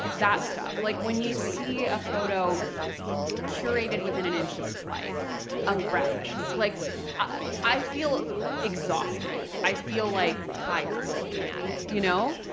that stuff. like when you see a photo curated within an inch of its life of breakfast. like ah i feel exhausted. i feel like tired looking at it, you know?